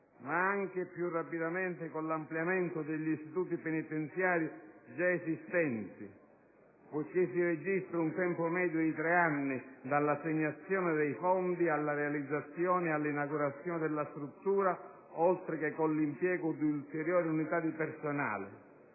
ma anche - e più rapidamente - con l'ampliamento degli istituti penitenziari già esistenti (poiché si registra un tempo medio di tre anni, dall'assegnazione dei fondi alla realizzazione e inaugurazione della struttura), oltre che con l'impiego di ulteriori unità di personale».